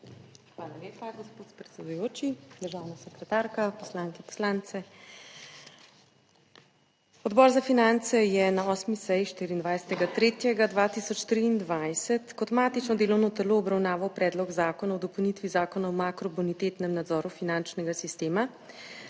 Hvala lepa, gospod predsedujoči. Državna sekretarka, poslanke in poslanci. Odbor za finance je na 8. seji, 24. 3. 2023, kot matično delovno telo obravnaval Predlog zakona o dopolnitvi Zakona o makrobonitetnem nadzoru finančnega sistema,